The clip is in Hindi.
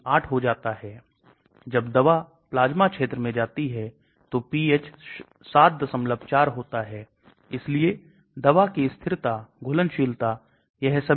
आकार को कम करें जिससे सामग्री आसानी से अंदर जा सके